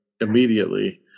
immediately